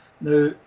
Now